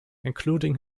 including